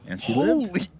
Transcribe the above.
Holy